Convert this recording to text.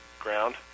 ground